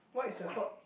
what is the top